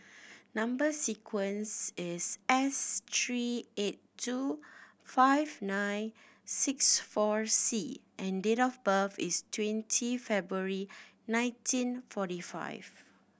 number sequence is S three eight two five nine six four C and date of birth is twenty February nineteen forty five